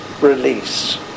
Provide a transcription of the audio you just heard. release